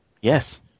Yes